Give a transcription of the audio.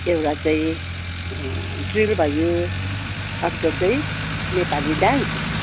एउटा चाहिँ ड्रिल भयो अर्को चाहिँ नेपाली डान्स